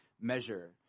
measure